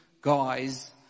guys